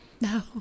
No